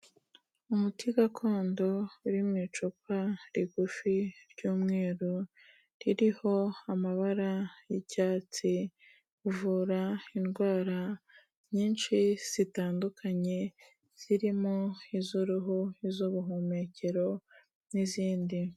Umuti gakondo uri mu icupa rigufi ry'umweru, ririho amabara y'icyatsi, uvura indwara nyinshi zitandukanye zirimo iz'uruhuhu, iz'ubuhumekero n'izindi.